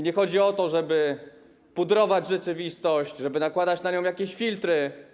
Nie chodzi o to, żeby pudrować rzeczywistość, żeby nakładać na nią jakieś filtry.